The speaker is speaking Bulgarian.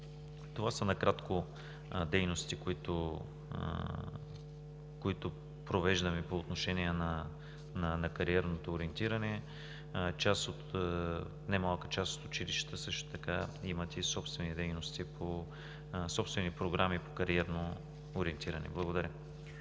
Това са накратко дейностите, които провеждаме по отношение на кариерното ориентиране. Немалка част от училищата също така имат и собствени програми по кариерно ориентиране. Благодаря.